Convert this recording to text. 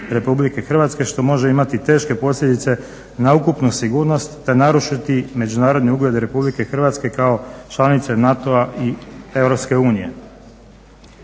RH što može imati teške posljedice na ukupnu sigurnost te narušiti međunarodni ugled RH kao članice NATO-a i EU.